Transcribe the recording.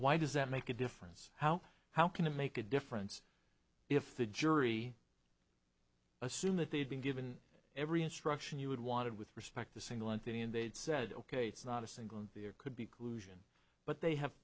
why does that make a difference how how can it make a difference if the jury assume that they'd been given every instruction you would want and with respect to single entity and they'd said ok it's not a single there could be collusion but they have